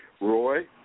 Roy